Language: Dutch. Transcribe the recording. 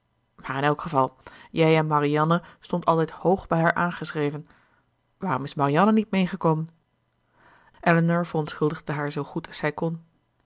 maar in elk geval jij en marianne stondt altijd hoog bij haar aangeschreven waarom is marianne niet meegekomen elinor verontschuldigde haar zoo goed zij kon